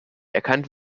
erkannt